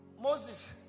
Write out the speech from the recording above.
Moses